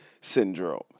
syndrome